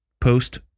post